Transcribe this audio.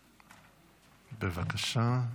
בבקשה.